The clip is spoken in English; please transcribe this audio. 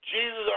Jesus